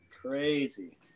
Crazy